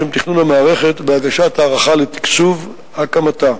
לשם תכנון המערכת והגשת הערכה לתקצוב הקמתה.